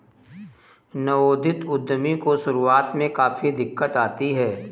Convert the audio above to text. नवोदित उद्यमी को शुरुआत में काफी दिक्कत आती है